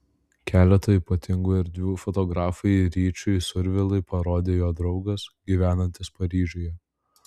keletą ypatingų erdvių fotografui ryčiui survilai parodė jo draugas gyvenantis paryžiuje